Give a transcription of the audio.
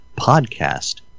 podcast